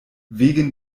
wegen